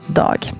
dag